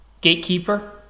gatekeeper